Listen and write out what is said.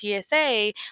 tsa